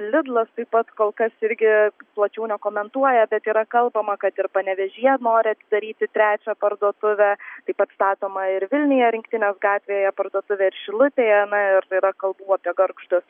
lidl taip pat kol kas irgi plačiau nekomentuoja bet yra kalbama kad ir panevėžyje nori atidaryti trečią parduotuvę taip pat statoma ir vilniuje rinktinės gatvėje parduotuvė ir šilutėje na ir yra kalbų apie gargždus